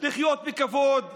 לחיות בכבוד,